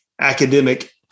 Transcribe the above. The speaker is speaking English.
academic